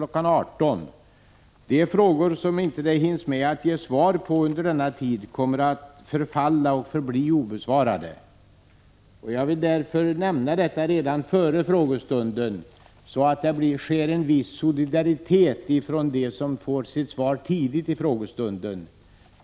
18.00. De frågor som man inte hinner ge svar på under denna tid kommer att förfalla och förbli obesvarade. Jag vill nämna detta redan före frågestunden, så att det blir en viss solidaritet från dem som får ett svar tidigt under frågestunden.